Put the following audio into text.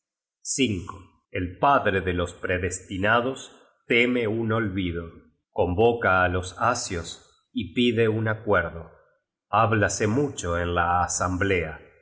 promesas el padre de los predestinados teme un olvido convoca á los asios y pide un acuerdo háblase mucho en la asamblea y